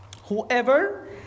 Whoever